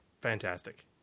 fantastic